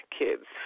kids